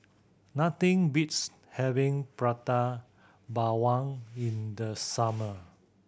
nothing beats having Prata Bawang in the summer